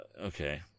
okay